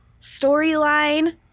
storyline